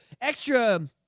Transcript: extra